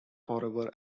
forever